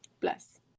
Bless